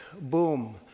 boom